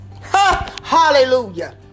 Hallelujah